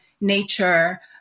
nature